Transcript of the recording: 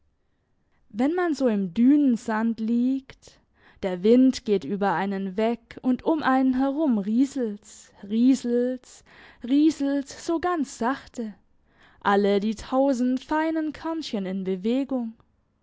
wenn man so im dünensand liegt der wind geht über einen weg und um einen herum rieselt's rieselt's rieselt's so ganz sachte alle die tausend feinen körnchen in bewegung